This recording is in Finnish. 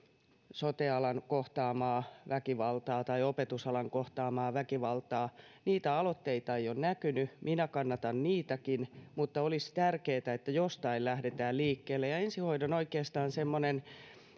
sote alan kohtaamaa väkivaltaa tai opetusalan kohtaamaa väkivaltaa niitä aloitteita ei ole näkynyt minä kannatan niitäkin mutta olisi tärkeätä että jostain lähdetään liikkeelle oikeastaan semmoinen ensihoidon